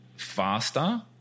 faster